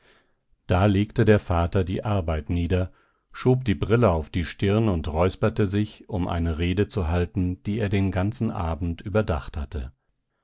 da legte der vater die arbeit nieder schob die brille auf die stirn und räusperte sich um eine rede zu halten die er den ganzen abend überdacht hatte